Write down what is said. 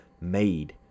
made